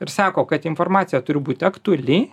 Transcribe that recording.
ir sako kad informacija turi būti aktuali